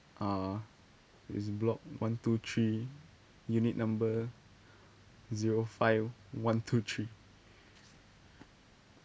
uh it's block one two three unit number zero five one two three